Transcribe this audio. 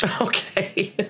Okay